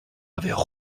avaient